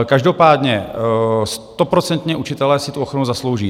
Každopádně stoprocentně učitelé si ochranu zaslouží.